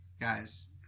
Guys